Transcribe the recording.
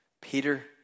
Peter